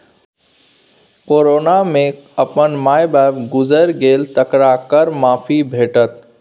corona मे अपन माय बाप गुजैर गेल तकरा कर माफी भेटत